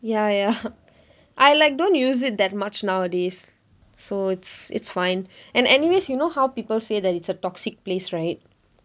ya ya I like don't use it that much nowadays so it's it's fine and anyways you know how people say that it's a toxic place right